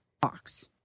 box